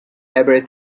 every